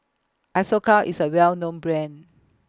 Isocal IS A Well known Brand